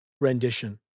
rendition